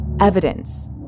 evidence